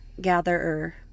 gatherer